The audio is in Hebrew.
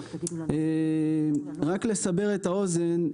רק לסבר את האוזן,